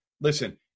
listen